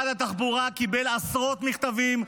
משרד התחבורה קיבל עשרות מכתבים,